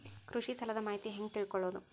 ಕೃಷಿ ಸಾಲದ ಮಾಹಿತಿ ಹೆಂಗ್ ತಿಳ್ಕೊಳ್ಳೋದು?